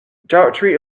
daughtry